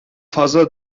fazla